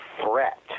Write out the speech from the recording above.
threat